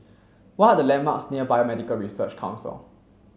what are the landmarks near Biomedical Research Council